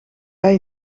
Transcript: bij